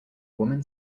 woman